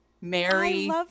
Mary